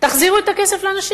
תחזירו את הכסף לאנשים.